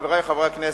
חברי חברי הכנסת,